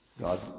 God